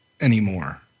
anymore